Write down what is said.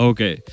Okay